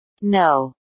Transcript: No